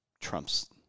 trumps